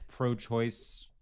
pro-choice